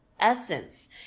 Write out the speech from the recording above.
Essence